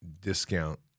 discount